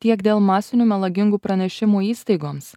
tiek dėl masinių melagingų pranešimų įstaigoms